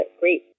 great